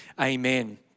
Amen